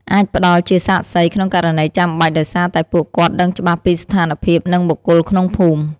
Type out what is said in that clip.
អាចផ្តល់ជាសាក្សីក្នុងករណីចាំបាច់ដោយសារតែពួកគាត់ដឹងច្បាស់ពីស្ថានភាពនិងបុគ្គលក្នុងភូមិ។